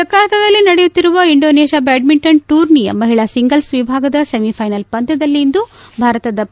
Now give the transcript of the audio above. ಜಕಾರ್ತದಲ್ಲಿ ನಡೆಯುತ್ತಿರುವ Indonesia badminton ಟೂರ್ನಿಯ ಮಹಿಳಾ ಸಿಂಗಲ್ಸ್ ವಿಭಾಗದ ಸೆಮಿಫೈನಲ್ ಪಂದ್ಲದಲ್ಲಿಂದು ಭಾರತದ ಒ